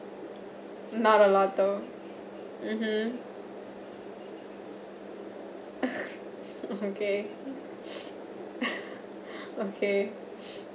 not a lot though mmhmm okay okay